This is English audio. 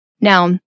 Now